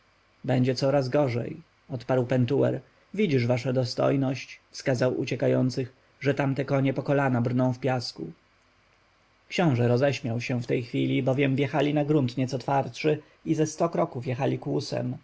będzie coraz gorzej odpowiedział pentuer widzisz wasza dostojność wskazał na uciekających że tamte konie po kolana brną w piasku książę roześmiał się w tej chwili bowiem wjechali na grunt nieco twardszy i ze sto kroków jechali kłusem